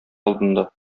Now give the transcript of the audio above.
алдында